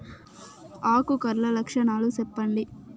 ఆకు కర్ల లక్షణాలు సెప్పండి